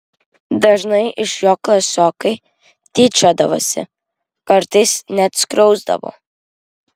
dažnai iš jo klasiokai tyčiodavosi kartais net skriausdavo